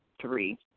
Three